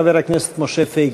חבר הכנסת משה פייגלין.